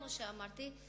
כמו שאמרתי,